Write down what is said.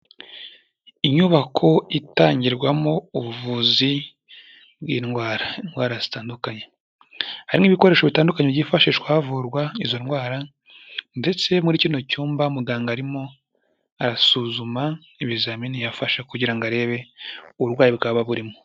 Inyubako itangirwamo ubuvuzi bw'indwara, indwara zitandukanye. Hari n'ibikoresho bitandukanye byifashishwa havurwa izo ndwara ndetse muri kino cyumba muganga arimo arasuzuma ibizamini yafashe kugira ngo arebe uburwayi bwaba burimo.